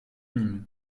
nîmes